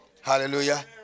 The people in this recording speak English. Hallelujah